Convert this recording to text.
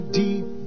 deep